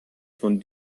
von